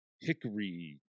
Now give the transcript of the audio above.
hickory